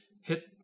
hit